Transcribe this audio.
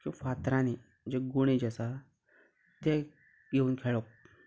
किंवां फातरांनी जे गुणे जे आसा ते घेवन खेळप